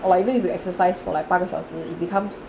or like even if you exercise for like 八个小时 it becomes